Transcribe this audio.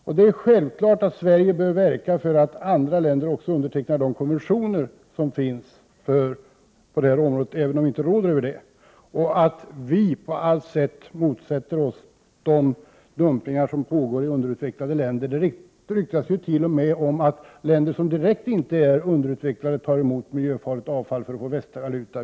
Sverige bör självfallet verka för att också andra länder undertecknar de konventioner som finns på detta område. Dessutom bör vi på alla sätt motsätta oss de dumpningar som sker i underutvecklade länder. Det ryktas om att t.o.m. länder som inte är direkt underutvecklade tar emot miljöfarligt avfall för att få västvaluta.